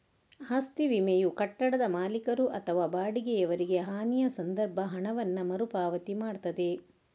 ಆಸ್ತಿ ವಿಮೆಯು ಕಟ್ಟಡದ ಮಾಲೀಕರು ಅಥವಾ ಬಾಡಿಗೆಯವರಿಗೆ ಹಾನಿಯ ಸಂದರ್ಭ ಹಣವನ್ನ ಮರು ಪಾವತಿ ಮಾಡ್ತದೆ